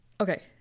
okay